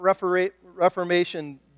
Reformation